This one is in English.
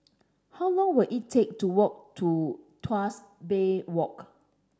how long will it take to walk to Tuas Bay Walk